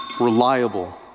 reliable